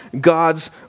God's